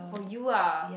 oh you ah